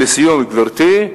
לסיום, גברתי,